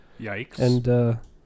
Yikes